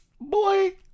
boy